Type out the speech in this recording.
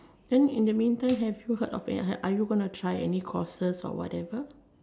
then in the mean time have you heard of a are you going to try any courses or whatever